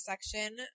section